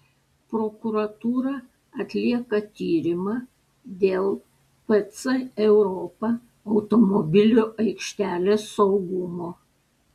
prokuratūra atlieka tyrimą dėl pc europa automobilių aikštelės saugumo